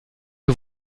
que